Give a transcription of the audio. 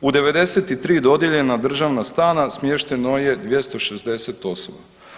U 93 dodijeljena državna stana smješteno je 260 osoba.